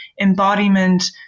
embodiment